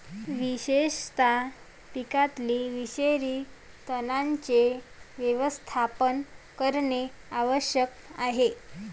विशेषतः पिकातील विषारी तणांचे व्यवस्थापन करणे आवश्यक आहे